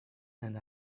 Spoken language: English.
and